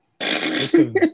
listen